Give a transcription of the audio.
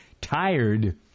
tired